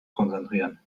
konzentrieren